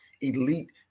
elite